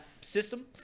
system